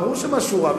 ברור שמשהו רע,